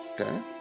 Okay